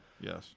Yes